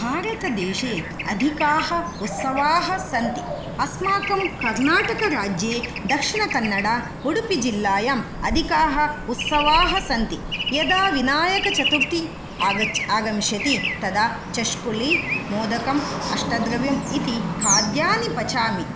भारतदेशे अधिकाः उत्सवाः सन्ति अस्माकं कर्णाटकराज्ये दक्षिणकन्नड उडुपिजिल्लायाम् अधिकाः उत्सवाः सन्ति यदा विनायकचतुर्थि आगच्छ आगमिष्यति तदा चश्कुलि मोदकम् अष्टद्रव्यम् इति खाद्यानि पचामि